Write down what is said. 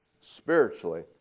spiritually